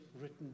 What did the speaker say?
written